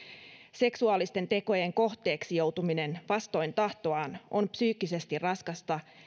seksuaalisten tekojen kohteeksi joutuminen vastoin tahtoaan on psyykkisesti raskasta